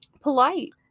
polite